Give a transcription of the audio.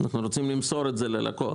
אנחנו רוצים למסור את זה ללקוח.